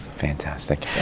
Fantastic